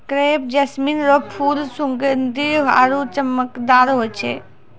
crepe jasmine रो फूल सुगंधीत आरु चमकदार होय छै